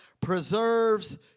preserves